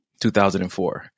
2004